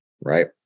right